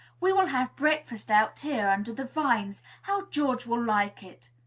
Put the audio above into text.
we will have breakfast out here, under the vines! how george will like it!